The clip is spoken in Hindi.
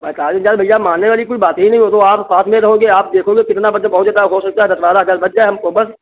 पैंतालीस हज़ार भैया मानने वाली कोई बात ही नहीं वह तो आप साथ में रहोगे आप देखोगे कितना बच जाए बहुत ज़्यादा हो सकता है दस बारह हज़ार बच जाए हमको बस